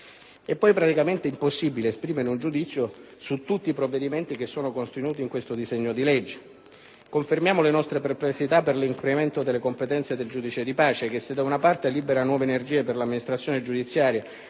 È poi praticamente impossibile esprimere un giudizio su tutti i provvedimenti contenuti in questo disegno di legge. Confermiamo le nostre perplessità per l'incremento delle competenze del giudice di pace, che se da una parte libera nuove energie per l'amministrazione giudiziaria